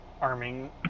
arming